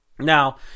Now